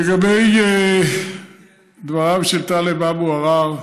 לגבי דבריו של טלב אבו עראר,